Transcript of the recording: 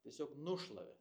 tiesiog nušlavė